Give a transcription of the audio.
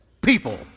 people